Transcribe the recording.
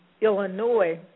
Illinois